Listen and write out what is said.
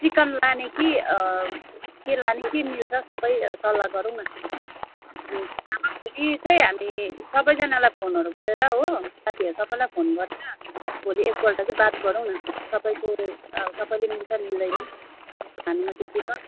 chicken लाने कि के लाने के मिल्छ सबै सल्लाह गरौँ न अनि चाहिँ हामी सबैजनालाई फोनहरू गरेर हो साथीहरू सबैलाई फोन गरेर भोलि एकपल्ट चाहिँ बात गरौँ न सबैको अब सबैले मिल्छ मिल्दैन खानुमा त्यही चिकन हो